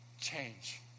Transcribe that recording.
change